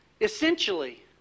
Essentially